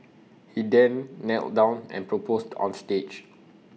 he then knelt down and proposed on stage